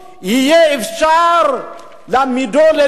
יהיה אפשר להעמידו לדין,